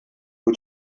who